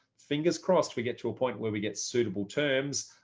fingers crossed, we get to a point where we get suitable terms,